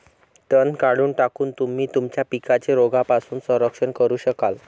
तण काढून टाकून, तुम्ही तुमच्या पिकांचे रोगांपासून संरक्षण करू शकाल